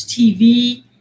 TV